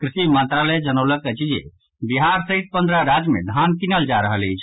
कृषि मंत्रालय जनौलक अछि जे बिहार सहित पन्द्रह राज्य मे धान कीनल जा रहल अछि